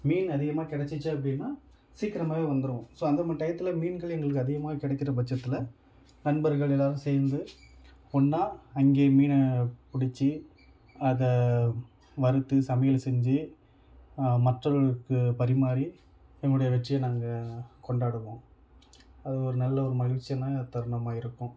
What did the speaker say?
மீன் அதிகமாக கிடச்சிச்சி அப்படின்னா சீக்கிரமாகவே வந்துடுவோம் ஸோ அந்த மாதிரி டையத்தில் மீன்கள் எங்களுக்கு அதிகமாக கிடைக்கிற பட்சத்தில் நண்பர்கள் எல்லாேரும் சேர்ந்து ஒன்றா அங்கே மீனை பிடிச்சி அதை வறுத்து சமையல் செஞ்சு மற்றவர்களுக்கு பரிமாறி எங்களுடைய வெற்றியை நாங்கள் கொண்டாடுவோம் அது ஒரு நல்ல ஒரு மகிழ்ச்சியான தருணமாக இருக்கும்